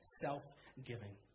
self-giving